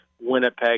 Winnipeg